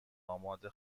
آماده